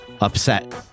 upset